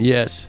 Yes